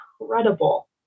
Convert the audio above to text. incredible